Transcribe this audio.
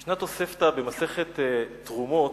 ישנה תוספתא במסכת תרומות,